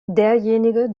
derjenige